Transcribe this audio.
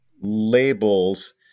labels